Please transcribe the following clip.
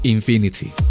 Infinity